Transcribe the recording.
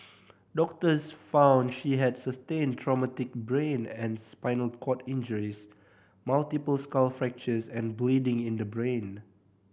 doctors found she had sustained traumatic brain and spinal cord injuries multiple skull fractures and bleeding in the brain